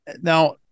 Now